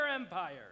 empire